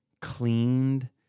cleaned